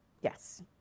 yes